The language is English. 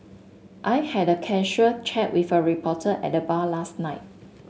I had a casual chat with a reporter at the bar last night